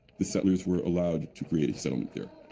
the settlers were allowed to create a settlement there.